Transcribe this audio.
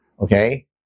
Okay